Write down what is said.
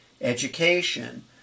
education